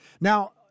Now